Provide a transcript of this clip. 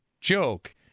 joke